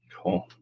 cool